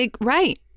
right